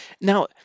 now